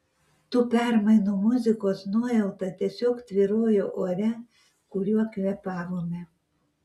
tų permainų muzikos nuojauta tiesiog tvyrojo ore kuriuo kvėpavome